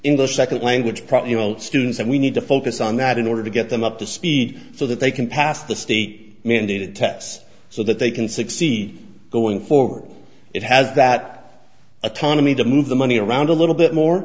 the second language probably don't students and we need to focus on that in order to get them up to speed so that they can pass the state mandated tests so that they can succeed going forward it has that autonomy to move the money around a little bit more